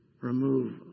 Remove